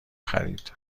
خرید